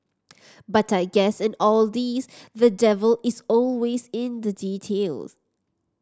but I guess in all this the devil is always in the details